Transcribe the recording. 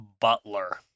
Butler